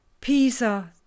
Pisa